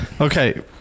okay